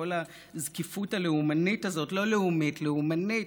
וכל הזקיפות הלאומנית הזאת, לא לאומית, לאומנית,